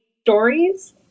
stories